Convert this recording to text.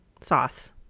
sauce